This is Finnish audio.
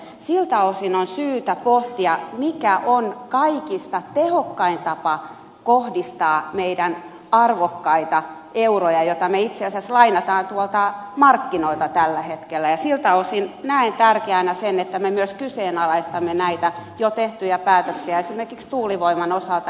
siltä osin on syytä pohtia mikä on kaikista tehokkain tapa kohdistaa meidän arvokkaita eurojamme joita me itse asiassa lainaamme tuolta markkinoilta tällä hetkellä ja siltä osin näen tärkeänä sen että me myös kyseenalaistamme näitä jo tehtyjä päätöksiä esimerkiksi tuulivoiman osalta